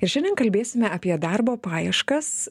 ir šiandien kalbėsime apie darbo paieškas